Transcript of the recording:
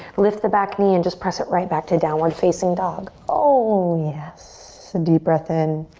lift the back knee and just press it right back to downward facing dog. oh, yes. deep breath in.